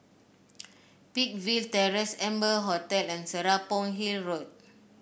Peakville Terrace Amber Hotel and Serapong Hill Road